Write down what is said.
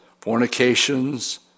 fornications